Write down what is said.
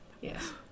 Yes